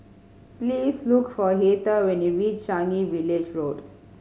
please look for Heather when you reach Changi Village Road